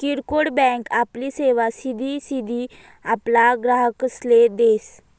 किरकोड बँक आपली सेवा सिधी सिधी आपला ग्राहकसले देस